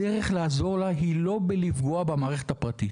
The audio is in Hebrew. הדרך לעזור לה היא לא בלפגוע במערכת הפרטית,